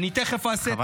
הוצאת